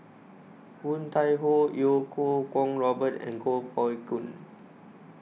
Woon Tai Ho Iau Kuo Kwong Robert and Kuo Pao Kun